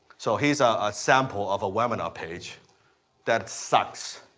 so here's a sample of a webinar page that sucks.